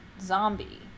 zombie